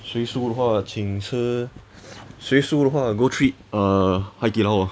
谁输的话请吃谁输的话 go treat 海底捞 ah